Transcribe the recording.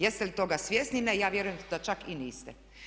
Jeste li toga svjesni ili ne, ja vjerujem da čak i niste.